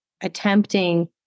attempting